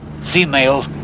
Female